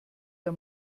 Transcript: der